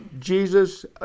jesus